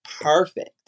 perfect